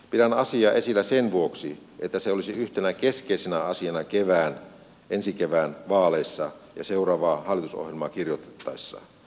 pidän asiaa esillä sen vuoksi että se olisi yhtenä keskeisenä asiana ensi kevään vaaleissa ja seuraavaa hallitusohjelmaa kirjoitettaessa